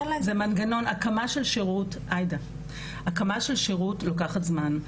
זה מנגנון, הקמה של שירות לוקחת זמן.